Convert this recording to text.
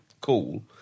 cool